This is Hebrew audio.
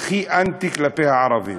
הכי אנטי כלפי הערבים.